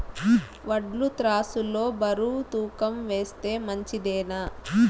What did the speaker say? వడ్లు త్రాసు లో బరువును తూకం వేస్తే మంచిదేనా?